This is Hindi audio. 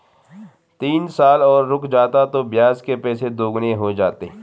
तीन साल और रुक जाता तो ब्याज के पैसे दोगुने हो जाते